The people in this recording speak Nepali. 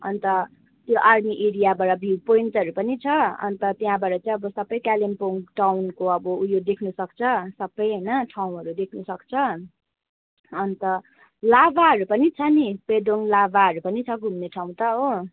अन्त त्यो आर्मी एरियाबाट भ्यू पोइन्टहरू पनि छ अन्त त्यहाँबाट चाहिँ अब सबै कालिम्पोङ टाउनको अब उयो देख्नुसक्छ सबै होइन ठाउँहरू देख्नुसक्छ अन्त लाभाहरू पनि छ नि पेदोङ लाभाहरू पनि छ घुम्ने ठाउँ त हो